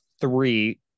three